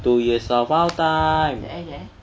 two years of out time